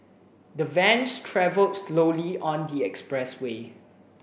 the van travelled slowly on the expressway